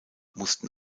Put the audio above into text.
mussten